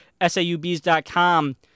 saubs.com